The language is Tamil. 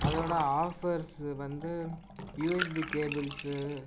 அதோடய ஆஃபர்ஸ் வந்து யூஎஸ்பி கேபிள்ஸ்சு